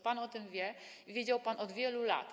Pan o tym wie i wiedział pan o tym od wielu lat.